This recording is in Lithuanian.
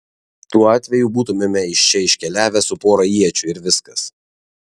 tuo atveju būtumėme iš čia iškeliavę su pora iečių ir viskas